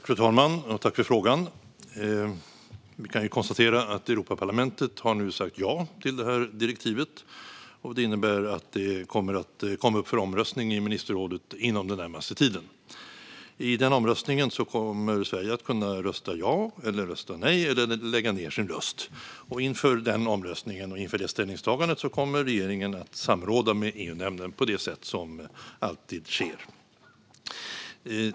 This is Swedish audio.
Fru talman! Jag tackar för frågan. Vi kan konstatera att Europaparlamentet nu har sagt ja till detta direktiv. Det innebär att det kommer att komma upp för omröstning i ministerrådet inom den närmaste tiden. I den omröstningen kommer Sverige att kunna rösta ja, rösta nej eller lägga ned sin röst. Inför den omröstningen och det ställningstagandet kommer regeringen att samråda med EU-nämnden på det sätt som alltid sker.